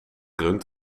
rund